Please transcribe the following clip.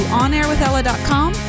onairwithella.com